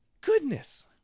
goodness